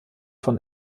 von